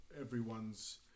everyone's